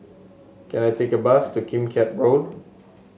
can I take a bus to Kim Keat Road